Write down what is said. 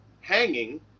hanging